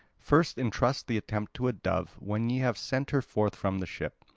first entrust the attempt to a dove when ye have sent her forth from the ship.